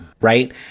right